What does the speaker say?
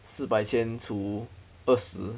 四百千除二十